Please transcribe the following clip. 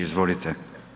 Izvolite.